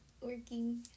working